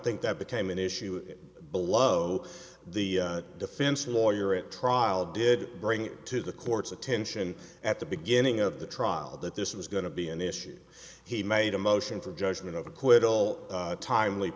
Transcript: think that became an issue below the defense lawyer at trial did bring it to the court's attention at the beginning of the trial that this was going to be an issue he made a motion for judgment of acquittal timely